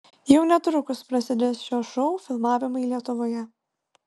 jau netrukus prasidės šio šou filmavimai lietuvoje